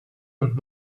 und